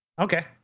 Okay